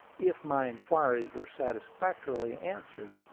if my inquiries were satisfactorily answered,